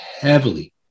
Heavily